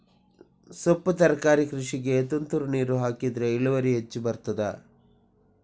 ಸೊಪ್ಪು ತರಕಾರಿ ಕೃಷಿಗೆ ತುಂತುರು ನೀರು ಹಾಕಿದ್ರೆ ಇಳುವರಿ ಹೆಚ್ಚು ಬರ್ತದ?